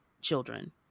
children